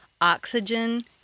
oxygen